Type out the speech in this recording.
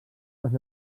les